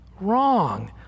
wrong